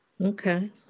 Okay